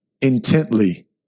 intently